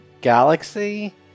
galaxy